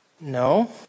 No